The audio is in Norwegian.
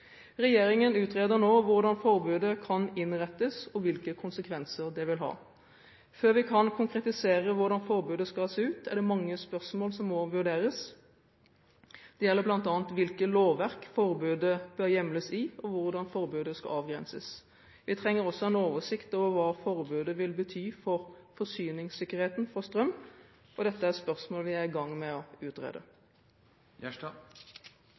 Regjeringen utreder nå hvordan forbudet kan innrettes, og hvilke konsekvenser det vil ha. Før vi kan konkretisere hvordan forbudet skal se ut, er det mange spørsmål som må vurderes. Det gjelder bl.a. hvilke lovverk forbudet bør hjemles i, og hvordan forbudet skal avgrenses. Vi trenger også en oversikt over hva forbudet vil bety for forsyningssikkerheten for strøm. Dette er spørsmål vi er i gang med å